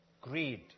Greed